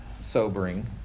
sobering